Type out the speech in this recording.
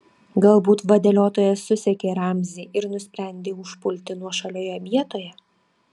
galbūt vadeliotojas susekė ramzį ir nusprendė užpulti nuošalioje vietoje